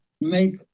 make